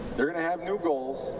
you're going to have new goals.